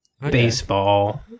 Baseball